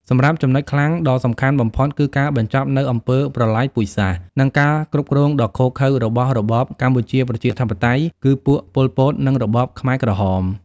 សម្រាប់ចំណុចខ្លាំងដ៏សំខាន់បំផុត គឺការបញ្ចប់នូវអំពើប្រល័យពូជសាសន៍ និងការគ្រប់គ្រងដ៏ឃោរឃៅរបស់របបកម្ពុជាប្រជាធិបតេយ្យ គឺពួកប៉ុលពត និងរបបខ្មែរក្រហម។